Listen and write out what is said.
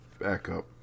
backup